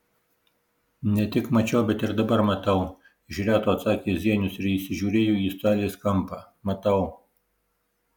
ne tik mačiau bet ir dabar matau iš reto atsakė zienius ir įsižiūrėjo į salės kampą matau